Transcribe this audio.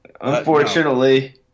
unfortunately